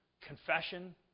confession